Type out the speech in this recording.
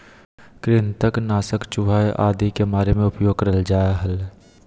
कृंतक नाशक चूहा आदि के मारे मे उपयोग करल जा हल